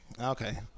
Okay